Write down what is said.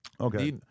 Okay